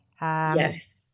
Yes